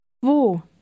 Wo